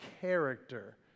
character